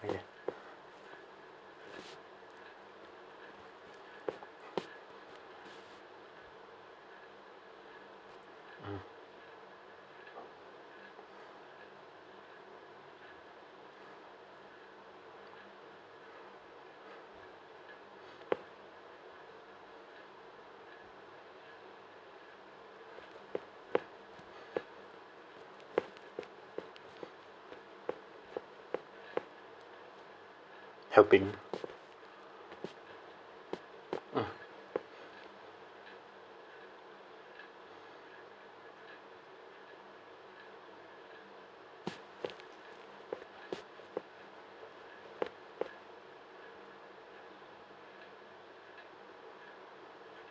okay ah helping ah